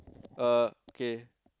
uh okay